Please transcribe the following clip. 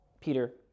Peter